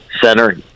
center